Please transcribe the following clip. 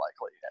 likely